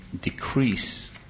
decrease